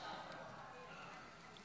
השר ביטון?